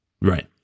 Right